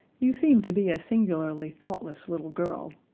you seem to be a singularly thoughtless little girl.